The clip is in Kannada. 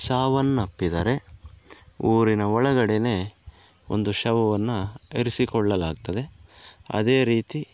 ಸಾವನ್ನಪ್ಪಿದರೆ ಊರಿನ ಒಳಗಡೆಯೇ ಒಂದು ಶವವನನು ಇರಿಸಿಕೊಳ್ಳಲಾಗ್ತದೆ ಅದೇ ರೀತಿ